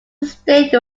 estate